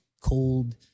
cold